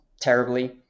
terribly